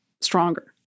stronger